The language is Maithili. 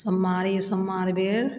सोमवारी सोमवार बेर